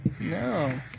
No